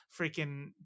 freaking